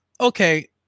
Okay